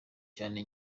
cyane